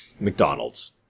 McDonald's